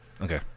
okay